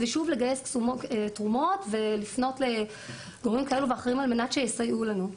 שוב לגייס תרומות ולפנות לגורמים כאלה ואחרים על מנת שיסייעו לנו.